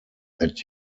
that